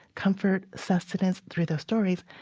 comfort, sustenance through those stories,